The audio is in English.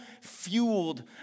fueled